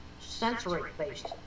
sensory-based